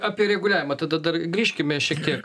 apie reguliavimą tada dar grįžkime šiek tiek